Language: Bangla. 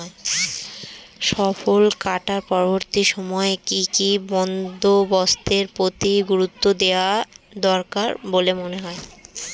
ফসল কাটার পরবর্তী সময়ে কি কি বন্দোবস্তের প্রতি গুরুত্ব দেওয়া দরকার বলে মনে হয়?